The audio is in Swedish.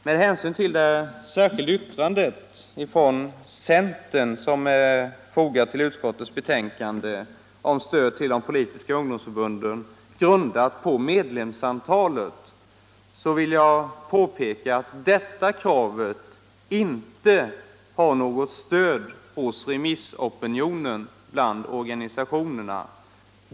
Med anledning av det särskilda yttrande från centern om stöd till de politiska ungdomsförbunden grundat på medlemsantalet vill jag påpeka att detta krav inte har någon förankring i remissopinionen bland organisationerna.